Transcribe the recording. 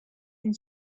and